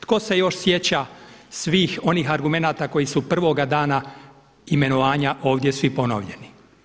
Tko se još sjeća svih onih argumenata koji su prvoga dana imenovanja ovdje svi ponovljeni?